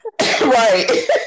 right